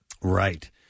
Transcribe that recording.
Right